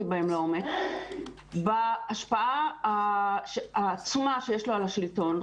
בהם לעומק בהשפעה העצומה שיש לו על השלטון.